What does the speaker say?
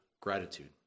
gratitude